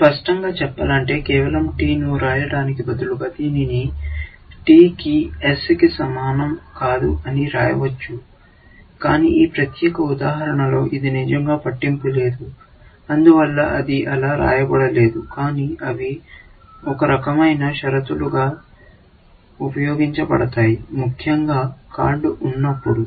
స్పష్టంగా చెప్పాలంటే కేవలం T ను వ్రాయడానికి బదులుగా దీనిని T కి S కి సమానం కాదు అని వ్రాయవచ్చు కానీ ఈ ప్రత్యేక ఉదాహరణలో అది నిజంగా పట్టింపు లేదు అందువల్ల అది అలా వ్రాయబడలేదు కాని అవి ఒక రకమైన షరతులుగా ఉపయోగించబడతాయి ముఖ్యంగా కార్డు ఉన్నప్పుడు